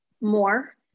more